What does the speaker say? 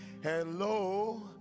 Hello